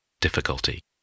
difficulty